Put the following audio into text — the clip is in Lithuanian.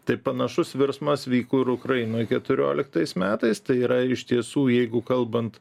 tai panašus virsmas vyko ir ukrainoj keturioliktais metais tai yra iš tiesų jeigu kalbant